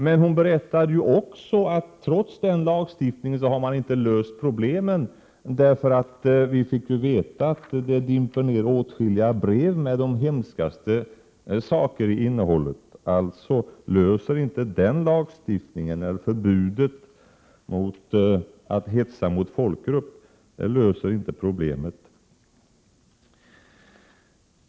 Men hon berättade också att man trots sådan lagstiftning inte har löst problemet. Vi fick veta att det dimper ner åtskilliga brev som innehåller de hemskaste saker. Alltså löser inte förbudet mot hets mot folkgrupper problemet.